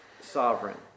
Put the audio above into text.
sovereign